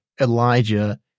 Elijah